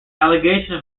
allegation